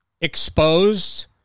exposed